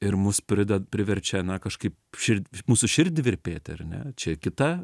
ir mus prided priverčia na kažkaip šir mūsų širdį virpėti ar ne čia kita